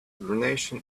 hibernation